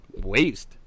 waste